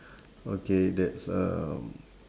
okay that's um